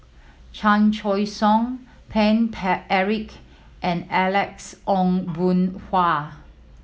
Chan Choy Siong Paine Eric and Alex Ong Boon Hau